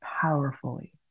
powerfully